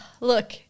Look